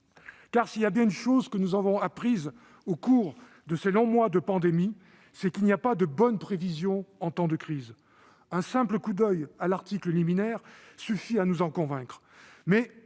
S'il y a bien une chose que nous avons apprise au cours de ces longs mois de pandémie, c'est qu'il n'y a pas de bonne prévision en temps de crise- un simple coup d'oeil à l'article liminaire suffit à nous en convaincre.